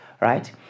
right